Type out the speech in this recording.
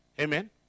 Amen